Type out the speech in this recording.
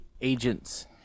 agents